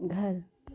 घर